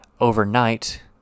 overnight